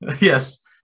Yes